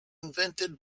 invented